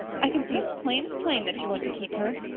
i can see as plain as plain that you want to keep her.